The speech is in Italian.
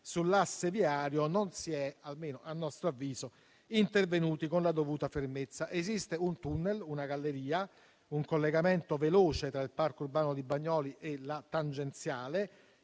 sull'asse viario non si è - almeno a nostro avviso - intervenuti con la dovuta fermezza. Esiste un tunnel, una galleria, un collegamento veloce tra il parco urbano di Bagnoli e la tangenziale